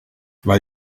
weil